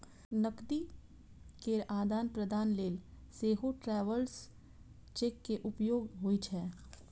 नकदी केर आदान प्रदान लेल सेहो ट्रैवलर्स चेक के उपयोग होइ छै